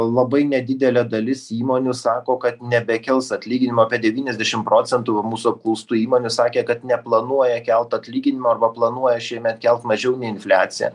labai nedidelė dalis įmonių sako kad nebekels atlyginimų apie devyniasdešimt procentų mūsų apklaustų įmonių sakė kad neplanuoja kelt atlyginimų arba planuoja šiemet kelt mažiau nei infliacija